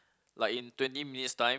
like in twenty minutes time